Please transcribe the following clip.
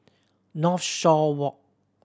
Northshore Walk